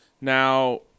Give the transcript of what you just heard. Now